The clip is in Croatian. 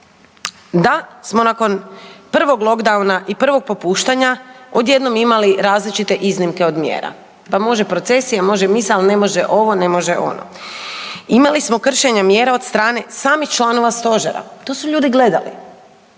da smo nakon prvog lockdowna i prvog popuštanja, odjednom imali različite iznimke od mjera, pa može procesija, može misa ali ne može ovo, ne može ono. Imali smo kršenja mjera od strane samih članova Stožera, to su ljudi gledali